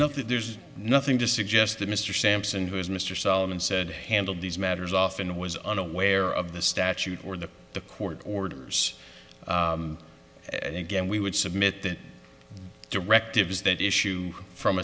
nothing there's nothing to suggest that mr sampson who is mr solomon said to handle these matters often was unaware of the statute or that the court orders and again we would submit that directives that issue from